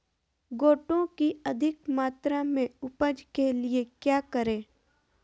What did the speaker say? गोटो की अधिक मात्रा में उपज के लिए क्या करें?